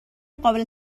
قابل